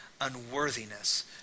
unworthiness